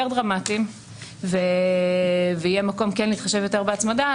דרמטיים ויהיה מקום להתחשב יותר בהצמדה,